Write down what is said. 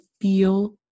feel